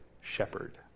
shepherd